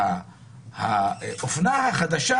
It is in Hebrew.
האופנה החדשה